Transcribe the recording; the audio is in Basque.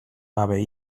gabe